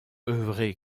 œuvrer